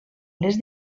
les